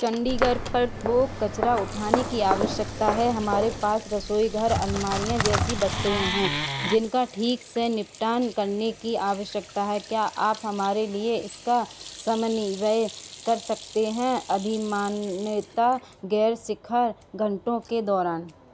चंडीगढ़ पर थोक कचरा उठाने की आवश्यकता है हमारे पास रसोईघर अलमारियाँ जैसी वस्तुएँ हैं जिनका ठीक से निपटान करने की आवश्यकता है क्या आप हमारे लिए इसका समन्वय कर सकते हैं अधिमानतः गैर शिखर घंटों के दौरान